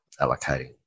allocating